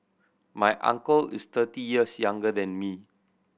my uncle is thirty years younger than me